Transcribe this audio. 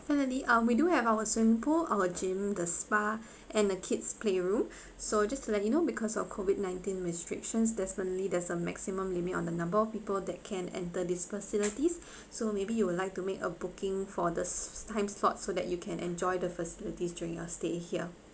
finally uh we do have our swimming pool uh gym the spa and the kids playroom so just to let you know because of COVID nineteen restrictions definitely there's a maximum limit on the number of people that can enter this facilities so maybe you would like to make a booking for the time slots so that you can enjoy the facilities during your stay here